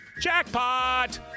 jackpot